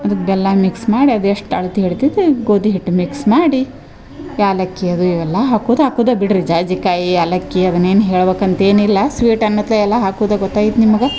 ಅದಕ್ಕೆ ಬೆಲ್ಲ ಮಿಕ್ಸ್ ಮಾಡಿ ಅದು ಎಷ್ಟು ಅಳ್ತೆ ಹಿಡಿತೈತೇ ಗೋದಿ ಹಿಟ್ಟು ಮಿಕ್ಸ್ ಮಾಡಿ ಏಲಕ್ಕಿ ಅದು ಎಲ್ಲ ಹಾಕೋದು ಹಾಕೋದ ಬಿಡ್ರಿ ಜಾಜಿಕಾಯಿ ಏಲಕ್ಕಿ ಅದನ್ನೇನು ಹೇಳ್ಬೇಕು ಅಂತೇನಿಲ್ಲ ಸ್ವೀಟ್ ಅನ್ನತ್ಲೆ ಎಲ್ಲ ಹಾಕುದ ಗೊತ್ತಾಯ್ತ ನಿಮ್ಗ